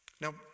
Now